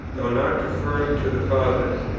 though not deferring to the fathers,